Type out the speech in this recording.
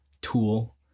tool